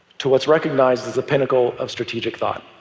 to what's recognized as the pinnacle of strategic thought.